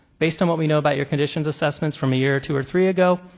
based on what we know about your conditions assessments from a year or two or three ago,